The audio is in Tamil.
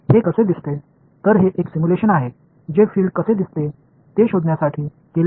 இது ஒரு உருவகப்படுத்துதலாகும் இது புலம் இருப்பதைக் கண்டறிய செய்யப்பட்டது